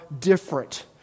different